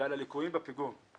ועל הליקויים בפיגום,